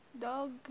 dog